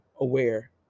aware